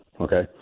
okay